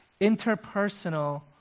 interpersonal